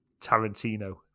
Tarantino